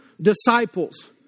Disciples